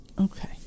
Okay